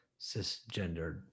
cisgendered